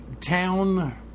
town